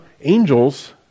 angels